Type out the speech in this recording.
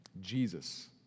Jesus